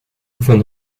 von